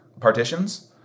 partitions